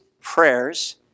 prayers